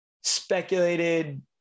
speculated